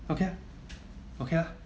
okay okay lah